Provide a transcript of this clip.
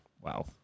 Wow